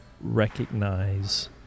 recognize